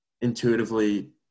intuitively